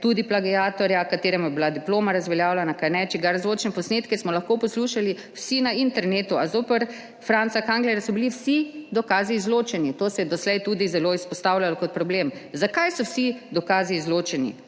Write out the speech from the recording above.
tudi plagiatorja, kateremu je bila diploma razveljavljena, kajne, čigar zvočne posnetke smo lahko poslušali vsi na internetu, a zoper Franca Kanglerja so bili vsi dokazi izločeni. To se je doslej tudi zelo izpostavljalo kot problem. Zakaj so vsi dokazi izločeni?